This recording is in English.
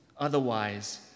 Otherwise